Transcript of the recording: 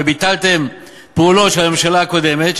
וביטלתם פעולות של הממשלה הקודמת,